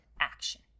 action